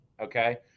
okay